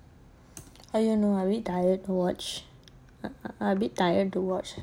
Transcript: ya I know I a bit tired to watch a bit tired to watch